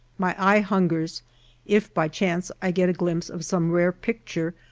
my eye hungers if by chance i get a glimpse of some rare picture,